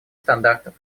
стандартов